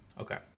Okay